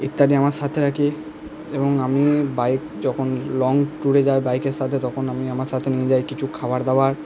ইত্যাদি আমার সাথে রাখি এবং আমি বাইক যখন লং ট্যুরে যাই বাইকের সাথে তখন আমি আমার সাথে নিয়ে যাই কিছু খাবারদাবার